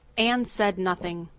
anne said nothing.